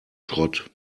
schrott